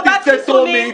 אתה תרצה טרומית,